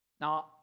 Now